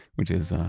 which is,